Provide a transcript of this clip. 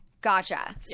Gotcha